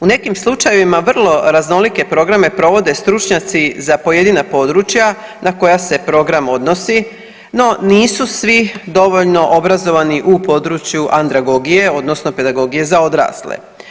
U nekim slučajevima vrlo raznolike programe provode stručnjaci za pojedina područja na koja se program odnosi, no nisu svi dovoljno obrazovani u području andragogije odnosno pedagogije za odrasle.